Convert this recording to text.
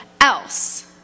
else